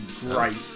great